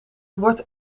wordt